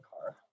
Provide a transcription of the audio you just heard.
car